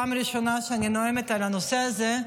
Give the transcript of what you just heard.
וזו פעם ראשונה שאני נואמת על הנושא הזה.